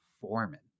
Foreman